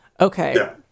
okay